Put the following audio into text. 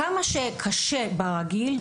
כמה שקשה ברגיל,